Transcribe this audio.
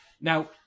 Now